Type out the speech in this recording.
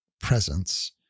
presence